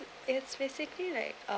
it's basically like